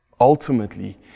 Ultimately